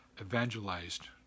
evangelized